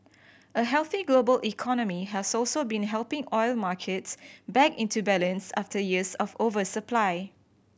a healthy global economy has also been helping oil markets back into balance after years of oversupply